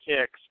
kicks